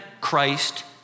Christ